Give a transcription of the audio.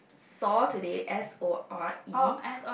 sore today S O R E